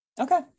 Okay